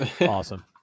Awesome